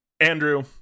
Andrew